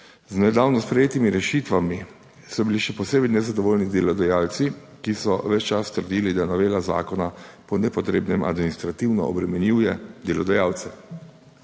Z nedavno sprejetimi rešitvami so bili še posebej nezadovoljni delodajalci, ki so ves čas trdili, da novela zakona po nepotrebnem administrativno obremenjuje delodajalce.